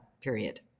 period